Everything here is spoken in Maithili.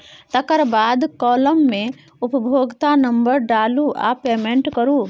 तकर बाद काँलम मे उपभोक्ता नंबर डालु आ पेमेंट करु